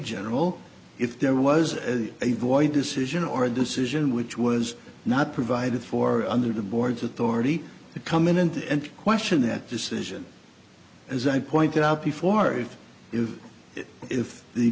general if there was a void decision or a decision which was not provided for under the board's authority to come in and question that just as i pointed out before if if if the